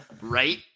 right